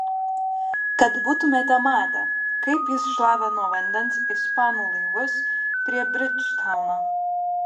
kad būtumėte matę kaip jis šlavė nuo vandens ispanų laivus prie bridžtauno